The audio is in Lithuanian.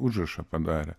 užrašą padarė